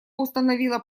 установила